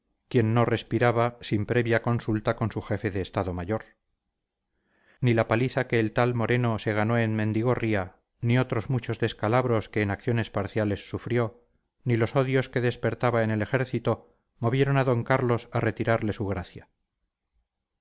quien no respiraba sin previa consulta con su jefe de estado mayor ni la paliza que el tal moreno se ganó en mendigorría ni otros muchos descalabros que en acciones parciales sufrió ni los odios que despertaba en el ejército movieron a d carlos a retirarle su gracia